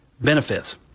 benefits